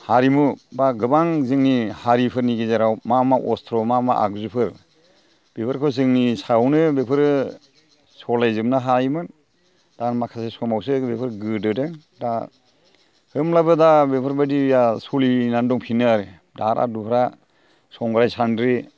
हारिमु बा गोबां जोंनि हारिफोरनि गेजेराव मा मा अस्त्र' मा मा आगजुफोर बेफोरखौ जोंनि सायावनो बेफोरो सालायजोबनो हायोमोन दा माखासे समावसो बेफोर गोदोदों दा होनब्लाबो दा बेफोरबायदिया सोलिनानै दंफिनो आरो धारा धुरा संग्राय सान्द्रि